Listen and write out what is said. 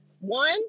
One